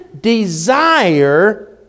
desire